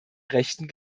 rechten